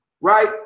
right